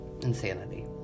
insanity